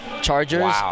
Chargers